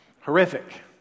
Horrific